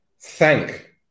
thank